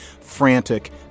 frantic